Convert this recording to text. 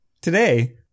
Today